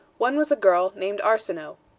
one was a girl, named arsinoe.